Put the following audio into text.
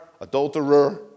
Adulterer